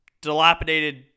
dilapidated